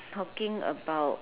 talking about